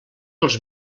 els